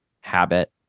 habit